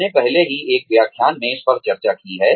हमने पहले ही एक व्याख्यान में इस पर चर्चा की है